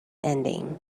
ending